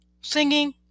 singing